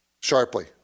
sharply